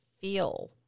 feel